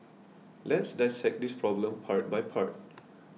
let's dissect this problem part by part